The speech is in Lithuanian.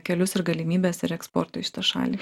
kelius ir galimybes ir eksporto į šitą šalį